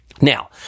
Now